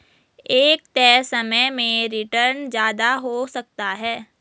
एक तय समय में रीटर्न ज्यादा हो सकता है